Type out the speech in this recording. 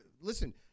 listen